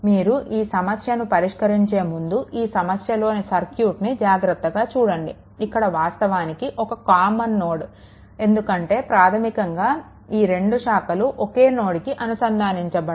మీరు ఈ సమస్యను పరిష్కరించే ముందు ఈ సమస్యలోని సర్క్యూట్ని జాగ్రతగా చూడండి ఇక్కడ వాస్తవానికి ఒక కామన్ నోడ్ ఎందుకంటే ప్రాధమికంగా ఈ రెండు శాఖలు ఒకే నోడ్కి అనుసంధానించబడ్డాయి